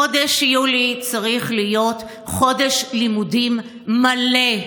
חודש יולי צריך להיות חודש לימודים מלא.